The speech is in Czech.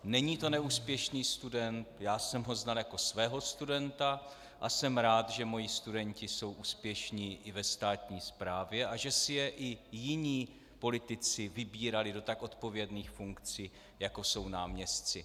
Není to neúspěšný student, já jsem ho znal jako svého studenta a jsem rád, že moji studenti jsou úspěšní i ve státní správě a že si je i jiní politici vybírali do tak odpovědných funkcí, jako jsou náměstci.